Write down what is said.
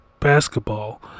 Basketball